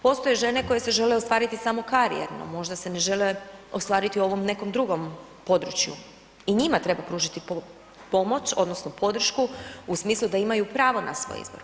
Postoje žene koje se žele ostvariti samo karijerno, možda se ne žele ostvariti u ovom nekom drugom području, i njima treba pružiti pomoć, odnosno podršku u smislu da imaju pravo na svoj izbor.